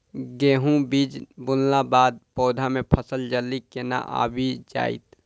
गेंहूँ बीज बुनला बाद पौधा मे फसल जल्दी केना आबि जाइत?